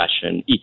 fashion